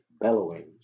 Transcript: bellowings